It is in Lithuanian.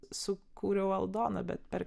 sukūriau aldoną bet per